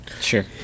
Sure